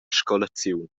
scolaziun